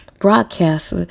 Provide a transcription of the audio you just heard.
broadcast